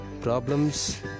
problems